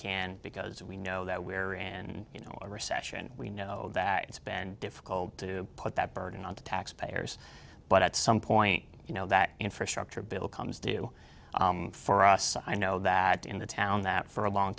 can because we know that we are and you know a recession we know that it's been difficult to put that burden on the taxpayers but at some point you know that infrastructure bill comes due for us i know that in the town that for a long